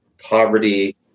poverty